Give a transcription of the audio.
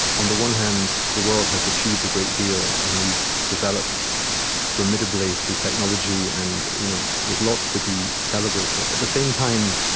on the one hand, the world has achieved a great deal, and we've developed formidably through technology, and you know there's lots to be celebrated. at the same time,